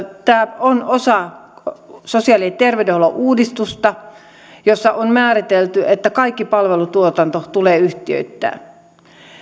tämä on osa sosiaali ja terveydenhuollon uudistusta jossa on määritelty että kaikki palvelutuotanto tulee yhtiöittää